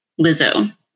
Lizzo